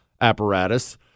apparatus